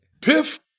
Piff